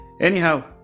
Anyhow